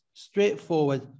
Straightforward